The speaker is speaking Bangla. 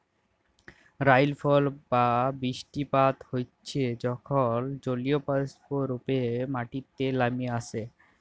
রাইলফল বা বিরিস্টিপাত হচ্যে যখল জলীয়বাষ্প রূপে মাটিতে লামে আসে